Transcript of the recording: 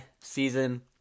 season